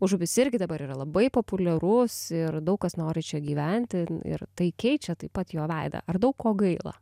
užupis irgi dabar yra labai populiarus ir daug kas nori čia gyventi ir tai keičia taip pat jo veidą ar daug ko gaila